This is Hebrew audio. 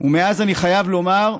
ומאז, אני חייב לומר,